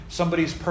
somebody's